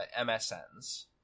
msn's